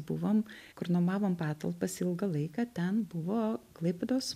buvom kur nuomavom patalpas ilgą laiką ten buvo klaipėdos